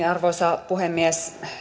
arvoisa puhemies